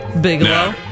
Bigelow